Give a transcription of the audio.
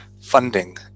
funding